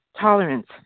tolerance